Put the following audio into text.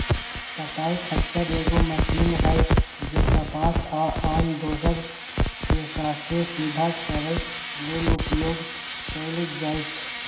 कताइ खच्चर एगो मशीन हइ जे कपास आ आन दोसर रेशाके सिधा करे लेल उपयोग कएल जाइछइ